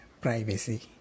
privacy